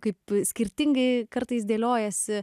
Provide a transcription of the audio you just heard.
kaip skirtingai kartais dėliojasi